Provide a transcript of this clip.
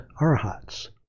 arhats